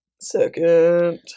Second